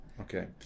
okay